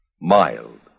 Mild